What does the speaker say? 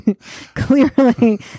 Clearly